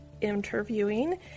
interviewing